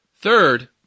Third